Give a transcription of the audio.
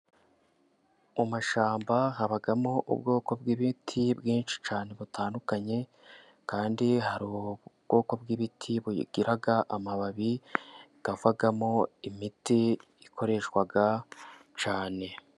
Mu mashyamba habamo ubwoko bw'ibiti bwinshi cyane butandukanye, kandi hari ubwoko bw'ibiti bugira amababi yavagamo imiti ikoreshwa cyane.